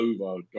over